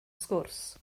sgwrs